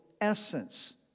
essence